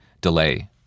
delay